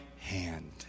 hand